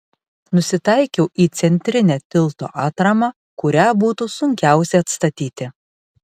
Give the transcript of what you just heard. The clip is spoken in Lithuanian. nusitaikiau į centrinę tilto atramą kurią būtų sunkiausia atstatyti